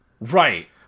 Right